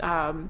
this